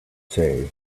say